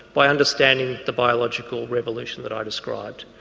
by understanding the biological revolution that i described.